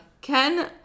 Ken